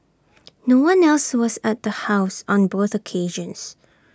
no one else was at the house on both occasions